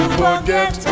forget